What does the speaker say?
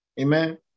amen